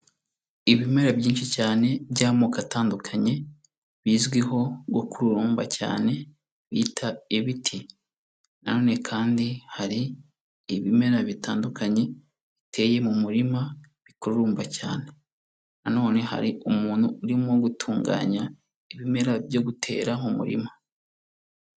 Ibimera byinshi cyane by'amoko atandukanye bizwiho gukururumba cyane bita ibiti na none kandi hari ibimera bitandukanye biteye mu murima bikururumba cyane, na none hari umuntu urimo gutunganya ibimera byo gutera mu murima.